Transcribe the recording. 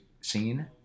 scene